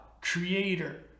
creator